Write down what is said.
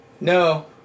No